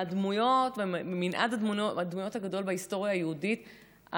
ממנעד הדמויות הגדול בהיסטוריה היהודית,